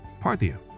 Parthia